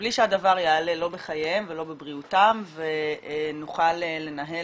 בלי שהדבר יעלה בחייהם או בבריאותם ונוכל לנהל